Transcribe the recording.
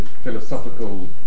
philosophical